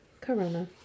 Corona